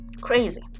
Crazy